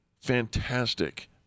Fantastic